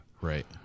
Right